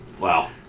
Wow